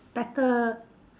better